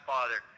Father